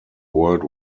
world